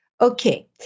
okay